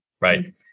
right